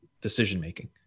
decision-making